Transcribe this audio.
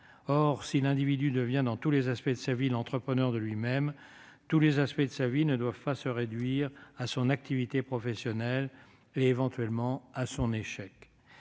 Or si l'individu devient, dans tous les aspects de sa vie, l'entrepreneur de lui-même, tous les aspects de sa vie ne doivent pas se réduire à son activité professionnelle et, éventuellement, à son échec.